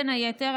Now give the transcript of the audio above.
בין היתר,